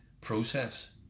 process